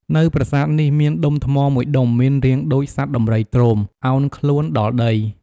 នៅប្រាសាទនេះមានដុំថ្មមួយដុំមានរាងដូចសត្វដំរីទ្រោម អោនខ្លួនដល់ដី។